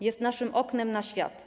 Jest naszym oknem na świat.